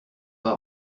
pas